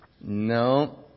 No